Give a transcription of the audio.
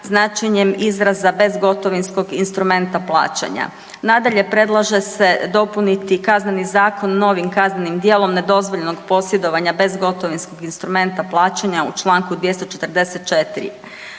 značenjem izraza bezgotovinskog instrumenta plaćanja. Nadalje, predlaže se dopuniti KZ novim kaznenim djelom nedozvoljenog posjedovanja bezgotovinskog instrumenta plaćanja u čl. 244.,